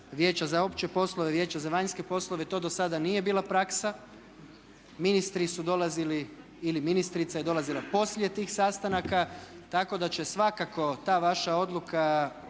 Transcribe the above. Vijeća za opće poslove, Vijeća za vanjske poslove. To dosada nije bila praksa. Ministri su dolazili ili ministrica je dolazila poslije tih sastanaka. Tako da će svakako ta vaša odluka